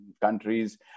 countries